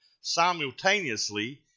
simultaneously